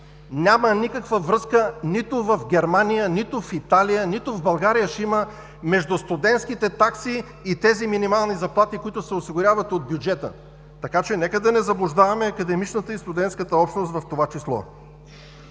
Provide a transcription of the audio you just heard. Няма никаква връзка – нито в Германия, нито в Италия, нито в България ще има между студентските такси и тези минимални заплати, които се осигуряват от бюджета. Така че нека да не заблуждаваме академичната и студентската общност в това число.